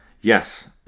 yes